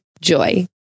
Joy